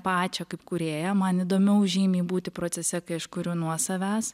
pačią kaip kūrėją man įdomiau žymiai būti procese kai aš kuriu nuo savęs